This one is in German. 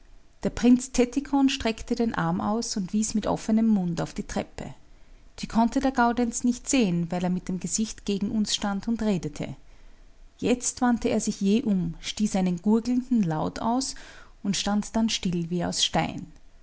der prinz tettikon streckte den arm aus und wies mit offenem mund auf die treppe die konnte der gaudenz nicht sehen weil er mit dem gesicht gegen uns stand und redete jetzt wandte er sich jäh um stieß einen gurgelnden laut aus und stand dann still wie aus stein